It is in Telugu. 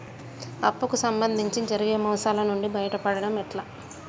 అప్పు కు సంబంధించి జరిగే మోసాలు నుండి బయటపడడం ఎట్లా?